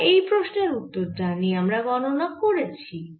আমরা এই প্রশ্নের উত্তর জানি আমরা গণনা করেছি